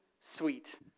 sweet